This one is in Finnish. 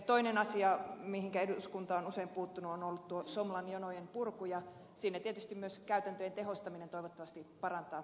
toinen asia mihinkä eduskunta on usein puuttunut on ollut tuo somlan jonojen purku ja siinä tietysti myös käytäntöjen tehostaminen toivottavasti parantaa asiakkaan asemaa